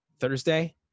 Thursday